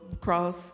cross